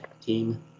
team